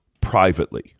privately